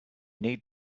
need